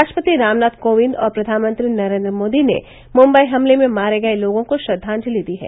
राष्ट्रपति रामनाथ कोविंद और प्रधानमंत्री नरेंद्र मोदी ने मुम्बई हमले में मारे गए लोगों को श्रद्वांजलि दी है